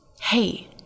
Hey